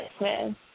man